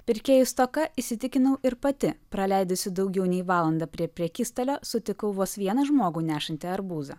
pirkėjų stoka įsitikinau ir pati praleidusi daugiau nei valandą prie prekystalio sutikau vos vieną žmogų nešantį arbūzą